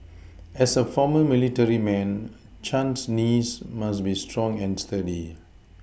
as a former military man Chan's knees must be strong and sturdy